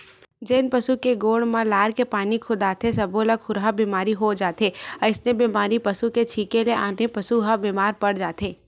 जेन पसु के गोड़ म लार के पानी खुंदाथे सब्बो ल खुरहा बेमारी हो जाथे अइसने बेमारी पसू के छिंके ले आने पसू ह बेमार पड़ जाथे